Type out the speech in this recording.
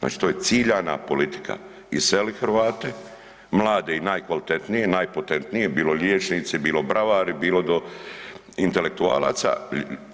Znači to je ciljana politika, iseli Hrvate, mlade i najkvalitetnije, najpotentnije, bilo liječnici, bilo bravari bilo do intelektualaca